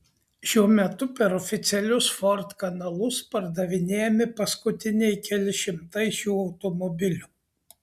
šiuo metu per oficialius ford kanalus pardavinėjami paskutiniai keli šimtai šių automobilių